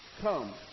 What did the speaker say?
Come